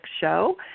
show